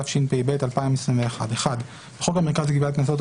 התשפ"ב-2021 בחוק המרכז לגביית קנסות,